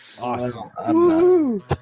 Awesome